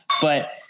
But-